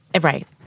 Right